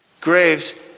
graves